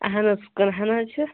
اہن حظ کٕنہان حظ چھِ